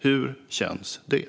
Hur känns det?